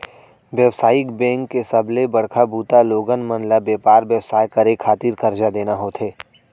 बेवसायिक बेंक के सबले बड़का बूता लोगन मन ल बेपार बेवसाय करे खातिर करजा देना होथे